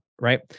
right